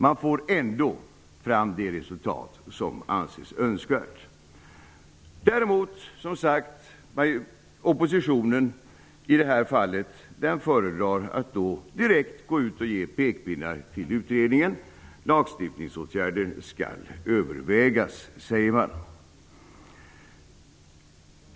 Man får ändå fram det resultat som anses önskvärt. Oppositionen i detta fall föredrar däremot att direkt ge pekpinnar till utredningen. Lagstiftningsåtgärder skall övervägas, säger man.